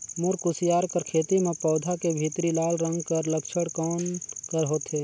मोर कुसियार कर खेती म पौधा के भीतरी लाल रंग कर लक्षण कौन कर होथे?